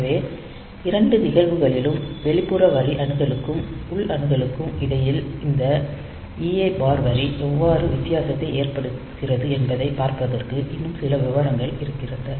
எனவே இரண்டு நிகழ்வுகளிலும் வெளிப்புற வரி அணுகலுக்கும் உள் அணுகலுக்கும் இடையில் இந்த EA பார் வரி எவ்வாறு வித்தியாசத்தை ஏற்படுத்துகிறது என்பதைப் பார்ப்பதற்கு இன்னும் சில விவரங்கள் இருக்கிறது